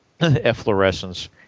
efflorescence